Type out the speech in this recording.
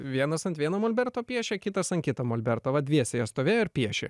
vienas ant vieno molberto piešė kitas ant kito molberto va dviese jos stovėjo ir piešė